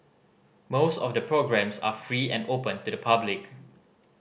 most of the programmes are free and open to the public